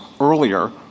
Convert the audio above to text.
earlier